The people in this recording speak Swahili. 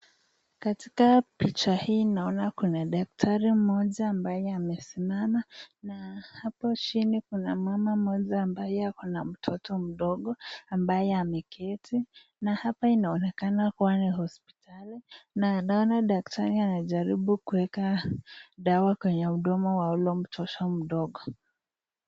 Katika picha hii naona Kuna daktari mmoja ambaye amesimama na hapo chini Kuna mam mmoja ambaye akona mtoto mdogo ambaye ameketi na hapa inaonekana ni hospitali. Naona daktari anajaribu kueka dawa kwenye mdomo wa huyo mtoto mdogo.